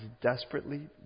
desperately